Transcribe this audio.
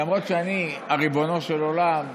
למרות שאני ריבונו של עולם,